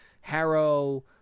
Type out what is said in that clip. Harrow